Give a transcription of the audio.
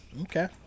Okay